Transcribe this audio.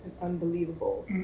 unbelievable